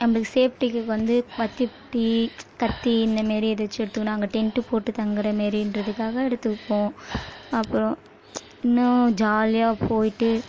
நம்மள் சேஃப்டிக்கு வந்து வத்திப்பெட்டி கத்தி இந்த மாரி ஏதாச்சும் எடுத்துக்கணும் அங்கே டெண்ட்டு போட்டு தங்கிற மாரின்றத்துக்காக எடுத்துக்குப்போம் அப்புறம் இன்னும் ஜாலியாக போய்விட்டு